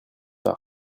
tard